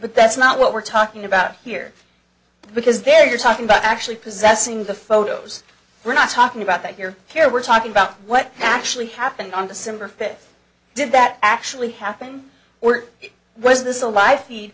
but that's not what we're talking about here because they're you're talking about actually possessing the photos we're not talking about that here care we're talking about what actually happened on december fifth did that actually happen or was this